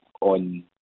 On